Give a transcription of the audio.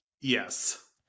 Yes